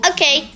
Okay